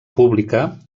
pública